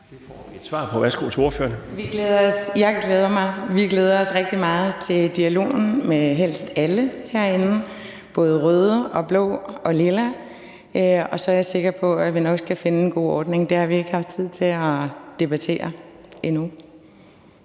W. Gotfredsen (M): Jeg glæder mig, og vi glæder os, rigtig meget til dialogen med helst alle herinde, både røde, blå og lilla, og så er jeg sikker på, at vi nok skal finde en god ordning. Det har vi endnu ikke haft tid til at debattere.